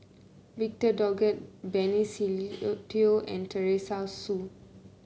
Victor Doggett Benny Se Teo and Teresa Hsu